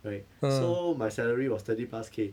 right so my salary was twenty plus k